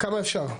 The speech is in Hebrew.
כמה אפשר?